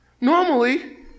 normally